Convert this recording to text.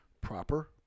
proper